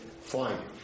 fine